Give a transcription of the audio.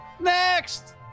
Next